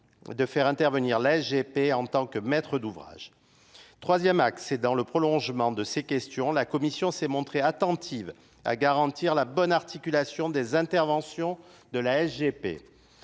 de faire intervenir l'g P en tant que maître d'ouvrage. 3ᵉ axe, c'est dans le prolongement de ces questions la Commission s'est montrée attentive à garantir la bonne articulation des interventions de la G P.